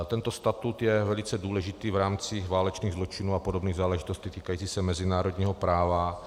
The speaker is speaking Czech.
Tento statut je velice důležitý v rámci válečných zločinů a podobných záležitostí týkajících se mezinárodního práva.